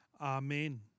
Amen